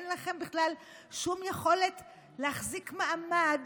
אין לכם בכלל שום יכולת להחזיק מעמד,